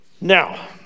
Now